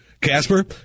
Casper